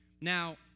Now